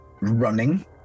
running